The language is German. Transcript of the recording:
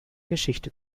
geschichte